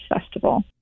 Festival